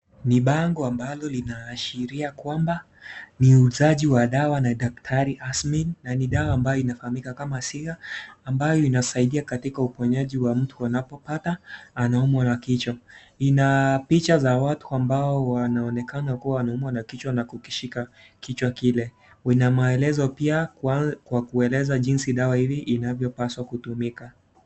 Ni bango ambalo linaashiria kwamba ni uuzaji wa dawa na daktari Asmin na ni dawa ambayo imefahamika kama Syrap ambayo inasaidia katika uponyaji wa mtu anapopata anaumwa na kichwa. Ina picha za watu ambao wanaonekana kuwa wanaumwa na kichwa na kukishika kichwa kile. Kuna maelezo pia kwa kueleza jinsi dawa hili inavyopaswa kutumika.